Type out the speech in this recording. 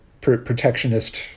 protectionist